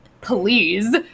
Please